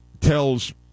tells